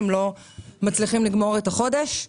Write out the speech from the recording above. הם לא מצליחים לגמור את החודש,